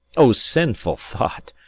o sinful thought!